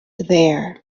there